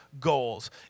goals